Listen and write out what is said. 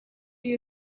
you